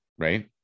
Right